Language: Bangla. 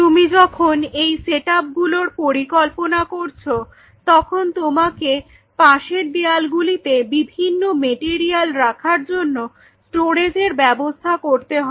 তুমি যখন এই সেটআপ গুলোর পরিকল্পনা করছ তখন তোমাকে পাশের দেয়াল গুলিতে বিভিন্ন ম্যাটেরিয়াল রাখার জন্য স্টোরেজের ব্যবস্থা করতে হবে